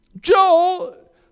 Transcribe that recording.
Joel